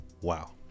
wow